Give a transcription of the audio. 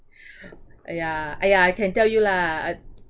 !aiya! I can tell you lah